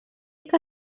que